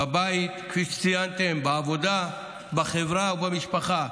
בבית, כפי שציינתם, בעבודה, בחברה ובמשפחה.